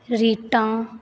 rita